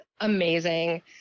amazing